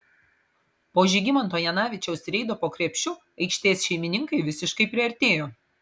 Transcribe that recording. po žygimanto janavičiaus reido po krepšiu aikštės šeimininkai visiškai priartėjo